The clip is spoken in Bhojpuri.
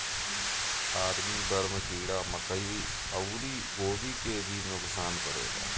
आर्मी बर्म कीड़ा मकई अउरी गोभी के भी नुकसान करेला